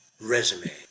resume